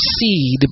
seed